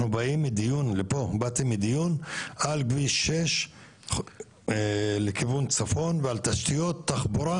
באתי לפה מדיון על כביש שש לכיוון צפון ועל תשתיות תחבורה